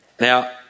Now